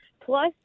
plus